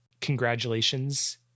congratulations